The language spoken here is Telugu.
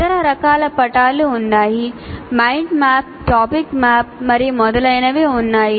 ఇతర రకాల పటాలు ఉన్నాయి మైండ్ మ్యాప్ టాపిక్ మ్యాప్ మరియు మొదలైనవి ఉన్నాయి